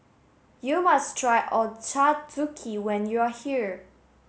you must try Ochazuke when you are here